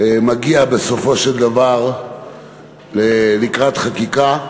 מגיע בסופו של דבר לקראת חקיקה.